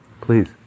Please